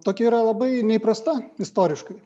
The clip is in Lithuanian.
tokia yra labai neįprasta istoriškai